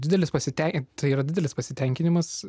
didelis pasitenk tai yra didelis pasitenkinimas